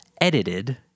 edited